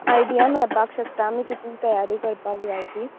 idea मेळपाक शकता आमीं कितली तयारी करपाक जाय तीं